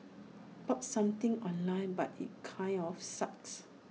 bought something online but IT kinda of sucks